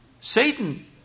Satan